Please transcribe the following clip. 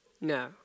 No